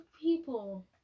people